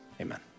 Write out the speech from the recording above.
Amen